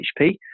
HP